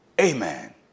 amen